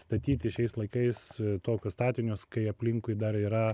statyti šiais laikais tokius statinius kai aplinkui dar yra